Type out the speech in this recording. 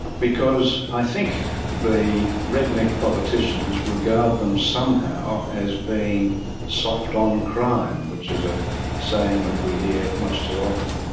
because i think the redneck politicians regard them somehow as being soft on crime, which is a saying that we hear much too often.